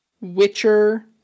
Witcher